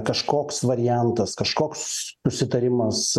kažkoks variantas kažkoks susitarimas